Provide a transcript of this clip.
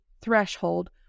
threshold